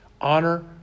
Honor